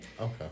Okay